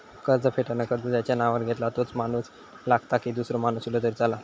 कर्ज फेडताना कर्ज ज्याच्या नावावर घेतला तोच माणूस लागता की दूसरो इलो तरी चलात?